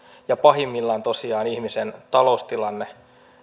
ja pahimmillaan tosiaan ihmisen taloustilanne